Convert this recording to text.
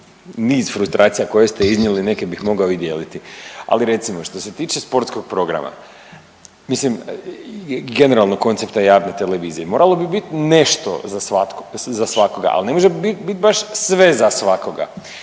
niz frustracija koje ste iznijeli neke bih mogao i dijeliti, ali recimo što se tiče sportskog programa, mislim i generalnog koncepta javne televizije, moralo bi bit nešto za svakoga, al ne može bit baš sve za svakoga.